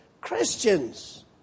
Christians